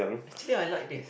actually I like this